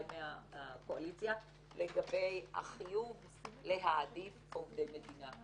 מהקואליציה לגבי החיוב להעדיף עובדי מדינה.